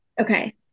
Okay